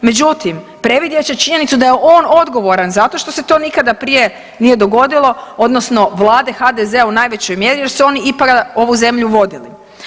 Međutim, predvidjet će činjenicu da je on odgovoran zato što se to nikada prije nije dogodilo odnosno vlade HDZ-a u najvećoj mjeri jer su oni ipak ovu zemlju vodili.